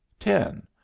ten.